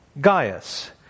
Gaius